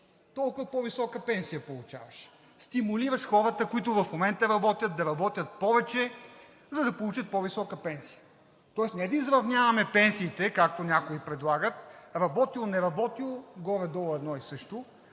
толкова по-висока пенсия получаваш – стимулираш хората, които в момента работят, да работят повече, за да получат по-висока пенсия – не да изравняваме пенсиите, както някои предлагат – работил или не работил горе-долу е едно и също,